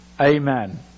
Amen